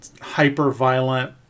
hyper-violent